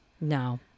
no